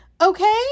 Okay